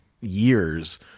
years